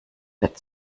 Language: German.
wird